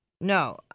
No